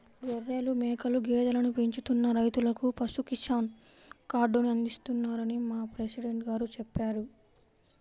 గొర్రెలు, మేకలు, గేదెలను పెంచుతున్న రైతులకు పశు కిసాన్ కార్డుని అందిస్తున్నారని మా ప్రెసిడెంట్ గారు చెప్పారు